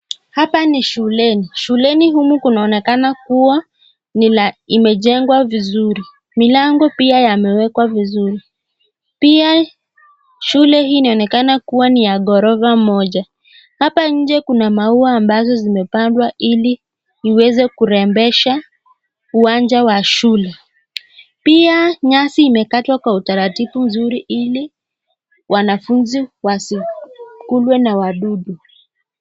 Hapa ni shuleni, shuleni humu kunaonekana kuwa imejengwa vizuri milango pia yamewekwa vizuri pia shule hii inaonekana kuwa ni ya gorofa moja. Hapa nje kuna maua ambazo zimepandwa ili iweze kurembesha uwanja wa shule pia nyasi imekatwa kwa utaratibu mzuri ili wanafunzi wasikulwe na wadudu.